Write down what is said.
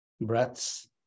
breaths